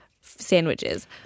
sandwiches